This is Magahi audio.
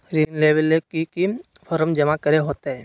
ऋण लेबे ले की की फॉर्म जमा करे होते?